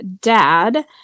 dad